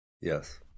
Yes